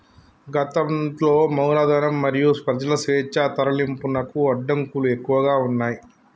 గతంలో మూలధనం మరియు ప్రజల స్వేచ్ఛా తరలింపునకు అడ్డంకులు ఎక్కువగా ఉన్నయ్